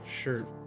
shirt